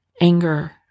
anger